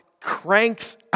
cranks